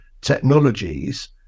technologies